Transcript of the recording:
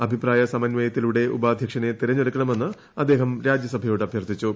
അഭിപ്രായ സമന്വയത്തിലൂടെ ഉപാധ്യക്ഷനെ തെരഞ്ഞെടുക്കണമെന്ന് അദ്ദേഹം രാജ്യസഭയോട് അഭ്യർത്ഥിച്ചു